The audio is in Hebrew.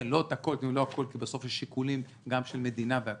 לא הכל כמובן כי בסוף יש שיקולים גם של מדינה וכולי,